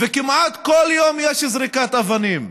וכמעט כל יום יש זריקת אבנים.